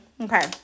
Okay